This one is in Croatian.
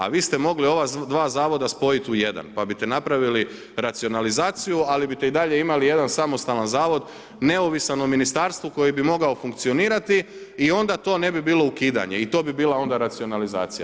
A vi ste mogli ova dva zavoda spojiti u jedan pa biste napravili racionalizaciju, ali biste i dalje imali jedan samostalan zavod neovisan o ministarstvu koji bi mogao funkcionirati i onda to ne bi bilo ukidanje i to bi bila onda racionalizacija.